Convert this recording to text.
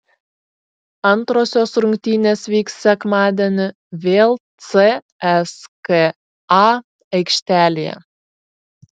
antrosios rungtynės vyks sekmadienį vėl cska aikštelėje